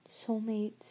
soulmates